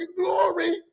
glory